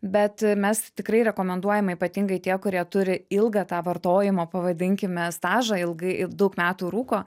bet a mes tikrai rekomenduojame ypatingai tie kurie turi ilgą tą vartojimo pavadinkime stažą ilgai i daug metų rūko